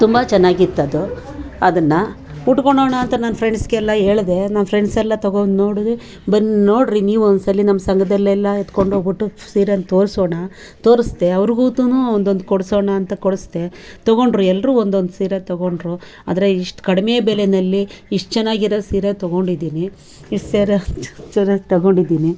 ತುಂಬ ಚೆನ್ನಾಗಿತ್ತದು ಅದನ್ನು ಉಟ್ಕೋಳೋಣ ಅಂತ ನನ್ನ ಫ್ರೆಂಡ್ಸ್ಗೆಲ್ಲ ಹೇಳ್ದೆ ನನ್ನ ಫ್ರೆಂಡ್ಸೆಲ್ಲ ತೊಗೊಂಡು ನೋಡಿದ್ರು ಬಂದು ನೋಡ್ರಿ ನೀವು ಒಂದ್ಸಲ ನಮ್ಮ ಸಂಘದಲ್ಲೆಲ್ಲ ಎತ್ಕೊಂಡೋಗ್ಬಿಟ್ಟು ಸೀರೆಯನ್ನು ತೋರಿಸೋಣ ತೋರಿಸ್ದೆ ಅವ್ರುಗುತುನು ಒಂದೊಂದು ಕೊಡಿಸೋಣ ಅಂತ ಕೊಡಿಸ್ದೆ ತೊಗೊಂಡ್ರು ಎಲ್ಲರೂ ಒಂದೊಂದು ಸೀರೆ ತೊಗೊಂಡ್ರು ಆದರೆ ಇಷ್ಟು ಕಡಿಮೆ ಬೆಲೆಯಲ್ಲಿ ಇಷ್ಟು ಚೆನ್ನಾಗಿರೋ ಸೀರೆ ತೊಗೊಂಡಿದ್ದೀನಿ ಇಸ್ ಸೇರ ಸೀರೆ ತೊಗೊಂಡಿದ್ದೀನಿ